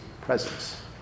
presence